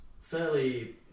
fairly